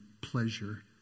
pleasure